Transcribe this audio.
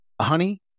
honey